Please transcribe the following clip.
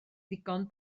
ddigon